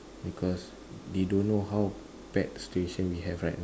because they don't know how bad situation we have right now